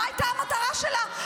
מה הייתה המטרה שלה.